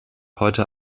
heute